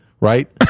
right